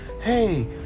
Hey